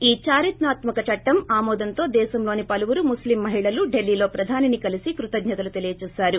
ఈ దారిత్రాత్మక చట్టం ఆమోదంతో దేశంలోని పలువురు ముస్లిం మహిళలు ఢిలీల్లో ప్రధానిని కలీసి కృతజ్ఞతలు తెలియజేశారు